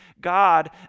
God